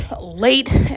late